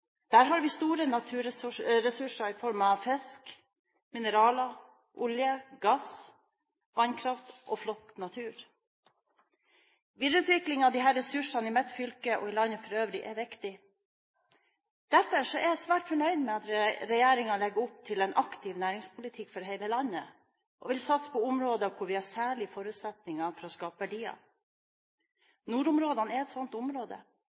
Der har vi store naturressurser i form av fisk, mineraler, olje, gass, vannkraft og flott natur. Videreutvikling av disse ressursene i mitt fylke og i landet for øvrig er viktig. Derfor er jeg svært fornøyd med at regjeringen legger opp til en aktiv næringspolitikk for hele landet og vil satse på områder hvor vi har særlige forutsetninger for å skape verdier. Nordområdene er et slikt område.